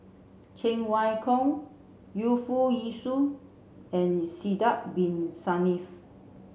Cheng Wai Keung Yu Foo Yee Shoon and Sidek bin Saniff